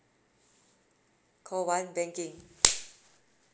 call one banking